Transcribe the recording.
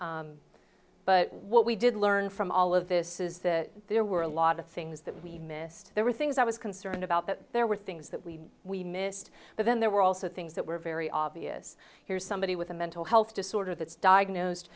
important but what we did learn from all of this is that there were a lot of things that we missed there were things i was concerned about that there were things that we we missed but then there were also things that were very obvious here's somebody with a mental health disorder that's diagnosed